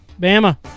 Bama